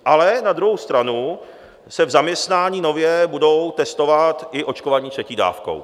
Ale na druhou stranu se v zaměstnání nově budou testovat i očkovaní třetí dávkou.